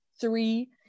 three